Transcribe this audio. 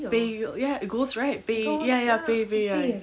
பேய்:pey oh ya ghost right பேய்:pey ya ya ya பேய் பேய்:pey pey ya I